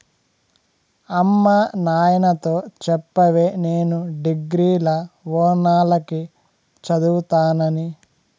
అమ్మ నాయనతో చెప్పవే నేను డిగ్రీల ఓనాల కి చదువుతానని